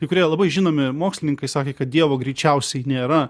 kai kurie labai žinomi mokslininkai sakė kad dievo greičiausiai nėra